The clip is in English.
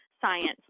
science